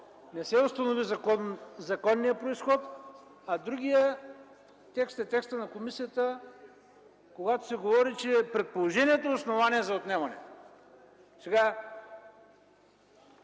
не се установи законният произход, а другият текст е на комисията, където се говори, че предположението е основание за отнемане. Ако